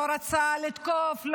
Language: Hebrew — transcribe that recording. לא רצה לתקוף,